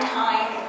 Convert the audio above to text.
time